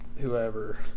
whoever